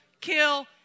kill